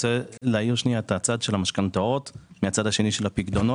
אני רוצה להאיר את הצד של המשכנתאות מהצד השני של הפיקדונות,